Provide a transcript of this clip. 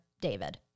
David